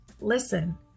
listen